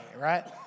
right